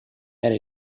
and